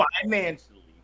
financially